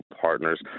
partners